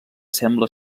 sembla